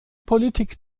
politik